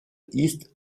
east